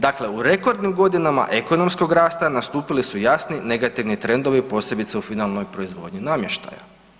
Dakle, u rekordnim godinama ekonomskog rasta nastupili su jasni negativni trendovi posebice u finalnoj proizvodnji namještaja.